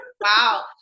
Wow